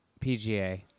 PGA